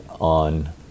on